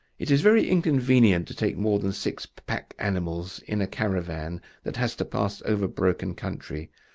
it is very inconvenient to take more than six pack-animals in a caravan that has to pass over broken country,